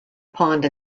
pond